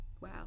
Wow